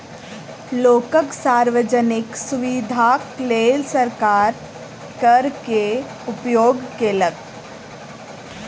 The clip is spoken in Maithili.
लोकक सार्वजनिक सुविधाक लेल सरकार कर के उपयोग केलक